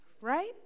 right